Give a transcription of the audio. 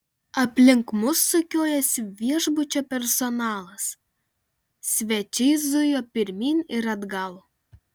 aplink mus sukiojosi viešbučio personalas svečiai zujo pirmyn ir atgal